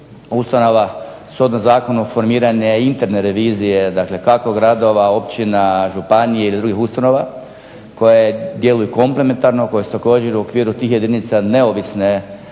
da zakonodavno formiranje i interne revizije, dakle kako gradova, općina, županije ili drugih ustanova koje djeluju komplementarno koje su također u okviru tih jedinica neovisna